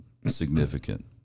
significant